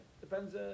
Depends